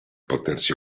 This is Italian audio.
potersi